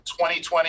2020